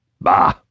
Bah